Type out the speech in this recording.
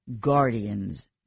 guardians